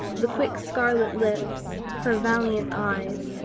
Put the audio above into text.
the quick scarlet lips, her valiant eyes,